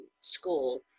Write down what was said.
school